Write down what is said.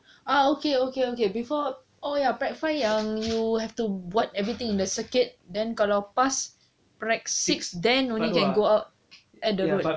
ah okay okay okay before oh ya prac five yang you have to do everything in the circuit then kalau pass prac six then only can go out at the road